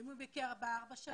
ואם הוא ביקר בארבע השנים?